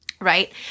right